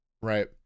right